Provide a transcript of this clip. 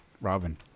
Robin